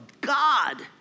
God